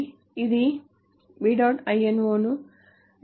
lno ని D